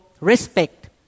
respect